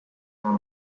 oma